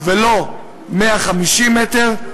ולא 150 מ"ר,